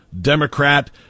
Democrat